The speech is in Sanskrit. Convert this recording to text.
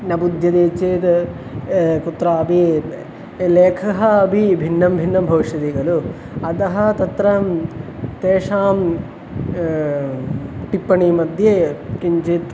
न बुध्यते चेद् कुत्रापि लेखः अपि भिन्नं भिन्नं भविष्यति खलु अतः तत्र तेषां टिप्पणीमध्ये किञ्चित्